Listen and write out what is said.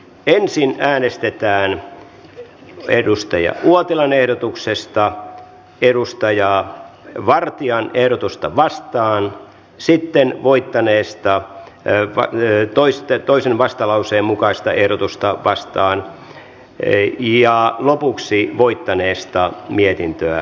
ensin äänestetään edustaja uotilan ehdotuksesta edustaja vartian ehdotusta vastaan sitten voittaneesta edustaja viitasen ja edustaja östmanin ehdotusta vastaan ja lopuksi voittaneesta mietintöä vastaan